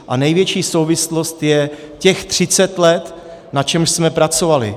A největší souvislost je těch 30 let, na čemž jsme pracovali.